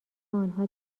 آنها